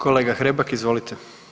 Kolega Hrebak, izvolite.